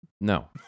No